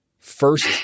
First